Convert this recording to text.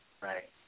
right